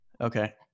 Okay